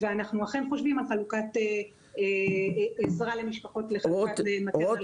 ואנחנו אכן חושבים על חלוקת עזרה למשפחות ולחלוקת מטרנה למשפחות.